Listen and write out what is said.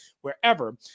wherever